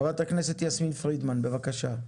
חברת הכנסת יסמין פרידמן בבקשה.